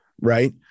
Right